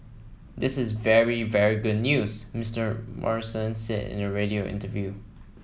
this is very very good news Mister Morrison said in a radio interview